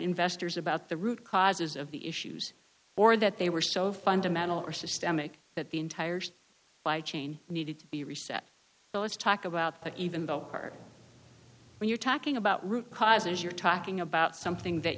investors about the root causes of the issues or that they were so fundamental or systemic that the entire chain needed to be reset but let's talk about that even though hard when you're talking about root causes you're talking about something that